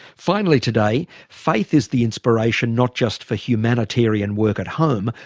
finally today, faith is the inspiration, not just for humanitarian work at home,